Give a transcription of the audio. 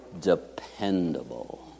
Dependable